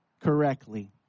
correctly